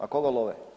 A koga love?